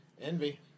envy